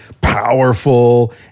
powerful